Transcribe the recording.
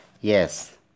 Yes